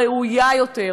ראויה יותר,